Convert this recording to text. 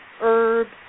herbs